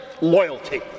loyalty